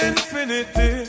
Infinity